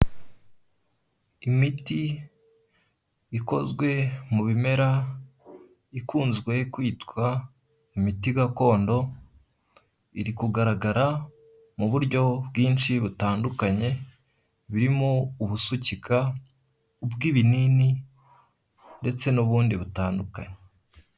Imiti ikozwe mu bimera ikunze kwitwa imiti gakondo iri kugaragara mu buryo bwinshi butandukanye birimo ubusukika, ubw'ibinini ndetse n'ubundi butandukanye.